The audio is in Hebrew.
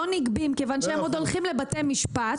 נגבים כיוון שהם עוד הולכים לבתי משפט.